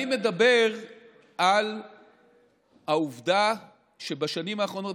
אני מדבר על העובדה שבשנים האחרונות,